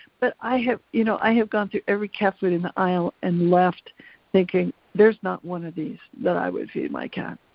but i have you know i have gone through every cat food in the aisle and left thinking there's not one of these that i would feed my cat.